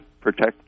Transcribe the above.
protect